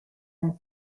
nel